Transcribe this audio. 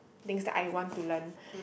things that I want to learn